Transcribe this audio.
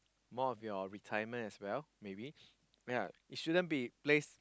more of your retirement as well maybe ya it should be place